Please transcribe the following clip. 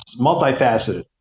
multifaceted